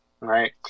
Right